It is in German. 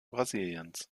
brasiliens